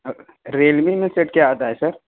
اب Realme میں set کیا آتا ہے سر